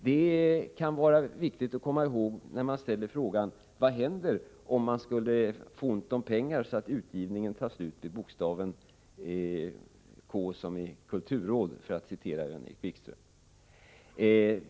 Detta kan vara viktigt att komma ihåg när någon ställer frågan: ”Vad händer om man skulle få ont om pengar så att utgivningen tar slut vid bokstaven K som i kulturråd?” för att citera Jan-Erik Wikström.